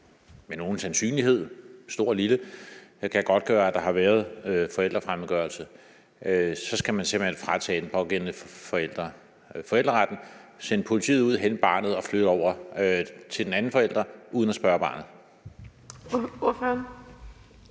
med nogen sandsynlighed, stor eller lille, kan godtgøre, at der har været forældrefremmedgørelse, skal man simpelt hen fratage den pågældende forælder forældreretten, sende politiet ud og hente barnet og flytte det over til den anden forælder uden at spørge barnet?